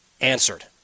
answered